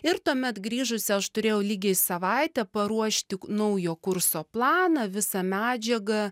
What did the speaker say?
ir tuomet grįžusi aš turėjau lygiai savaitę paruošti naujo kurso planą visą medžiagą